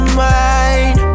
mind